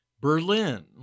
Berlin